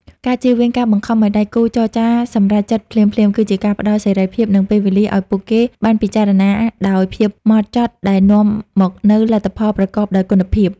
ការជៀសវាងការបង្ខំឱ្យដៃគូចរចាសម្រេចចិត្តភ្លាមៗ គឺជាការផ្តល់សេរីភាព និងពេលវេលាឱ្យពួកគេបានពិចារណាដោយភាពហ្មត់ចត់ ដែលនាំមកនូវលទ្ធផលប្រកបដោយគុណភាព។